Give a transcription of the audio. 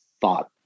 thought